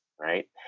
Right